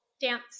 dance